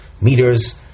meters